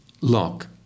lock